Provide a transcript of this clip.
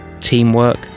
teamwork